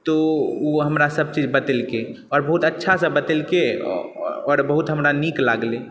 तऽ ओ हमरा सबचीज बतेलकै आओर बहुत अच्छा सँ बतेलकै आओर बहुत हमरा नीक लागलै